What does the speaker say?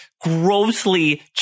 grossly